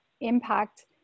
impact